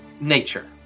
nature